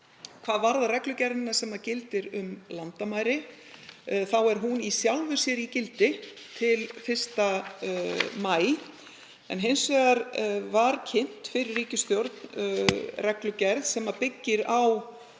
Hvað varðar reglugerðina sem gildir um landamæri þá er hún í sjálfu sér í gildi til 1. maí en hins vegar var kynnt fyrir ríkisstjórn reglugerð sem byggir á